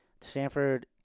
Stanford